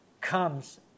comes